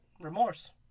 remorse